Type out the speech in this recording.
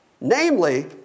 namely